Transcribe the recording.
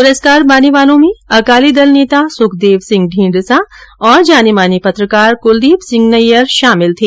पुरस्कार पाने वालों में अकाली दल नेता सुखदेव सिंह ढींढसा और जाने माने पत्रकार कुलदीप सिंह नय्यर शामिल थे